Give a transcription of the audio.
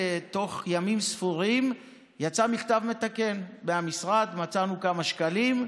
בתוך ימים ספורים יצא מכתב מתקן מהמשרד: מצאנו כמה שקלים,